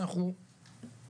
שאנחנו צריכים לראות,